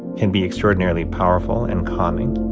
can be extraordinarily powerful and calming.